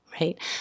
right